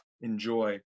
Enjoy